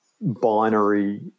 binary